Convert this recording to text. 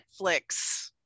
netflix